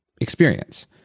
experience